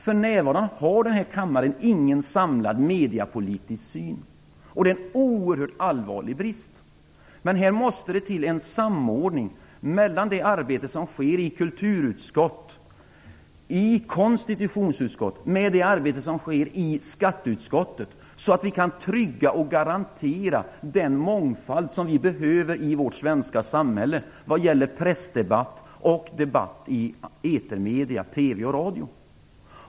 För närvarande har denna kammare ingen samlad mediepolitisk syn, och det är en oerhört allvarlig brist. Det måste till en samordning mellan det arbete som bedrivs i kulturutskottet och i konstitutionsutskottet och det arbete som bedrivs i skatteutskottet, så att vi kan garantera den mångfald som behövs i vårt svenska samhälle i pressdebatten och i debatten i etermedier, TV och radio.